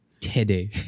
Today